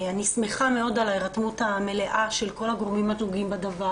אני שמחה מאוד על ההירתמות המלאה של כל הגורמים הנוגעים בדבר